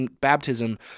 baptism